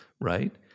right